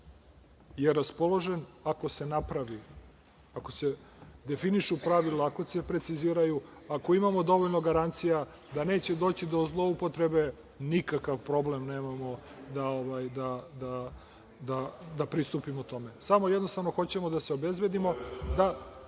je raspoložen. Ako se definišu pravila, ako se preciziraju, ako imamo dovoljno garancija da neće doći do zloupotrebe, nikakav problem nemamo da pristupimo tome. Samo jednostavno hoćemo da se obezbedimo, da